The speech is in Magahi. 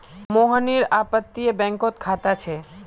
मोहनेर अपततीये बैंकोत खाता छे